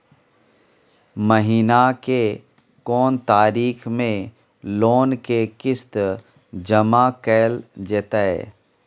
महीना के कोन तारीख मे लोन के किस्त जमा कैल जेतै?